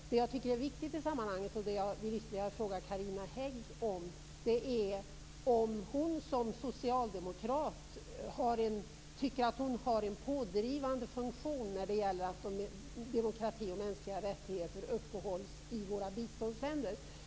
Det som jag tycker är viktigt i sammanhanget och som jag vill fråga Carina Hägg om är om hon som socialdemokrat tycker att hon har en pådrivande funktion när det gäller att se till att demokrati och mänskliga rättigheter upprätthålls i våra biståndsländer.